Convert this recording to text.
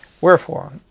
Wherefore